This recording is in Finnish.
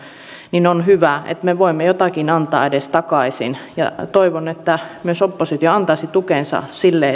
niin on hyvä että me voimme edes jotakin antaa takaisin ja toivon että myös oppositio antaisi tukensa sille